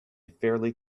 fairly